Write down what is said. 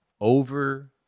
over